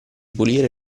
pulire